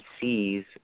sees